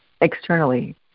externally